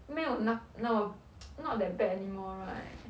没有那那么 not that bad anymore right